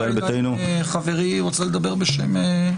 של ישראל ביתנו, חברי רוצה לדבר בשם יש עתיד?